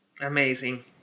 Amazing